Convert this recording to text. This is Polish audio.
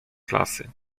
klasy